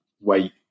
wait